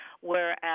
whereas